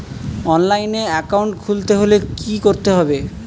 অনলাইনে একাউন্ট খুলতে হলে কি করতে হবে?